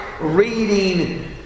reading